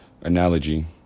analogy